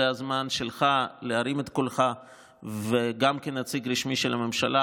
זה הזמן שלך להרים את קולך גם כנציג רשמי של הממשלה,